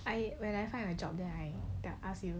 okay when I find a job